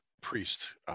priest